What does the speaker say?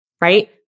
right